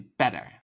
better